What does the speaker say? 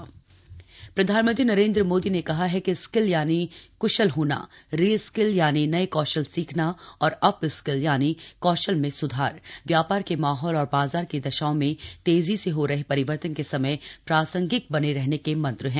कौशल विकास प्रधानमंत्री नरेन्द्र मोदी ने कहा है कि स्किल यानि क्शल होना री स्किल यानि नए कौशल सीखना और अप स्किल यानि कौशल में सुधार व्यापार के माहौल और बाजार की दशाओं में तेजी से हो रहे परिवर्तन के समय प्रासंगिक बने रहने के मंत्र हैं